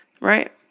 Right